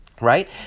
Right